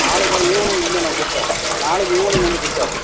நாளைக்கி ஈவினிங் வந்து நான் கொடுத்தர்றேன் நாளைக்கு ஈவினிங் வந்து கொடுத்தர்றோம்